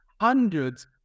hundreds